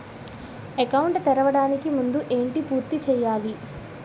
Account తెరవడానికి ముందు ఏంటి పూర్తి చేయాలి?